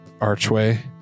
archway